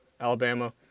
Alabama